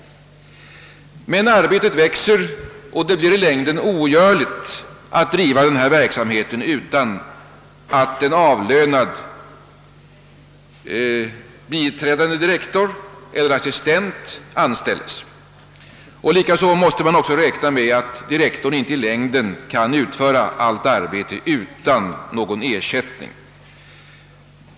Men arbetet växer, och i längden blir det ogörligt att driva verksamheten utan att ha en avlönad biträdande direktor eller en assistent. Likaså måste man räkna med att direktorn inte i längden kan utföra allt arbete utan er sättning.